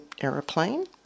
aeroplane